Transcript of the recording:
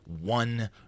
one